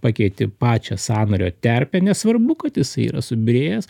pakeiti pačią sąnario terpę nesvarbu kad jisai yra subyrėjęs